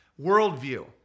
worldview